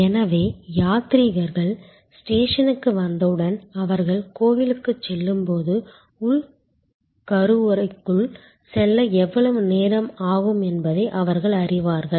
எனவே யாத்ரீகர்கள் ஸ்டேஷனுக்கு வந்தவுடன் அவர்கள் கோவிலுக்குச் செல்லும்போது உள் கருவறைக்குள் செல்ல எவ்வளவு நேரம் ஆகும் என்பதை அவர்கள் அறிவார்கள்